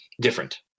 different